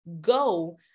go